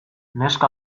neska